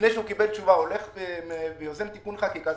לפני שקיבל תשובה הולך ויוזם תיקון חקיקה,